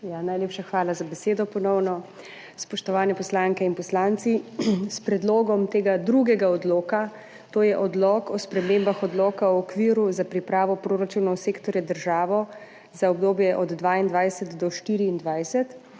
najlepša hvala za besedo. Spoštovane poslanke in poslanci! S predlogom tega drugega odloka, to je Odlok o spremembah Odloka o okviru za pripravo proračunov sektorja država za obdobje od 2022 do 2024,